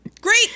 Great